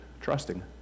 trusting